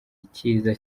icyiza